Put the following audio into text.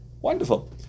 Wonderful